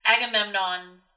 agamemnon